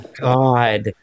God